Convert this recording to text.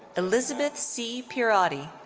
elizabeth c. pierotti.